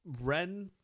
Ren